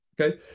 Okay